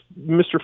Mr